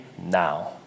now